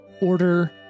order